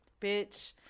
bitch